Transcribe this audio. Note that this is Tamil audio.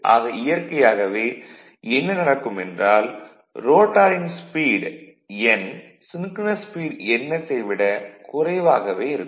ஆக இயற்கையாகவே என்ன நடக்குமென்றால் ரோட்டாரின் speed n synchronous speed ns ஐ விடக் குறைவாகவே இருக்கும்